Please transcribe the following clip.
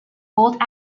bolt